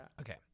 Okay